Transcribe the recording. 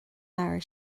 leabhar